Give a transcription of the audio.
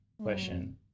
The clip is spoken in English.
question